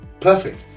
Perfect